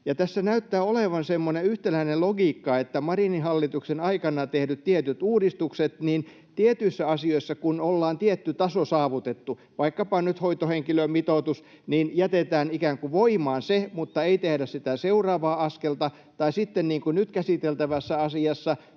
Tässä näyttää olevan semmoinen yhtenäinen logiikka: Marinin hallituksen aikana tehdyissä tietyissä uudistuksissa, tietyissä asioissa kun ollaan tietty taso saavutettu, vaikkapa nyt hoitohenkilömitoitus, niin jätetään ikään kuin voimaan se, mutta ei tehdä sitä seuraavaa askelta, tai sitten, niin kuin nyt käsiteltävässä asiassa,